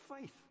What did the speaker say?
faith